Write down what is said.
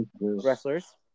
wrestlers